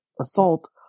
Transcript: assault